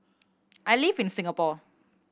I live in Singapore